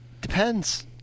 Depends